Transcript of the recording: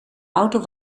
auto